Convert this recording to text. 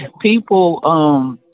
people